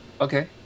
okay